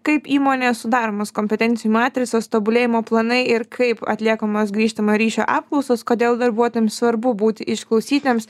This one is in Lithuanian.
kaip įmonėje sudaromos kompetencijų matricos tobulėjimo planai ir kaip atliekamos grįžtamojo ryšio apklausos kodėl darbuotojams svarbu būti išklausytiems